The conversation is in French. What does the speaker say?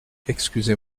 excusez